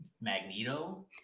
Magneto